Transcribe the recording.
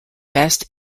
best